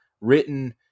written